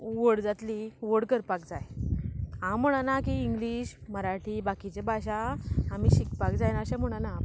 व्हड जातलीं व्हड करपाक जाय हांव म्हणना की इंग्लीश मराठी बाकीचे भाशा आमी शिकपाक जायना अशें म्हणना